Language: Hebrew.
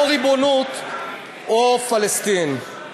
או ריבונות או פלסטין.